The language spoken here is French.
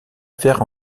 faire